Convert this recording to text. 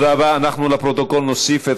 הודעה לסגן מזכירת